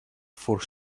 for